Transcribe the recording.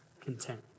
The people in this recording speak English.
content